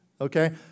okay